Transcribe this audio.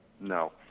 No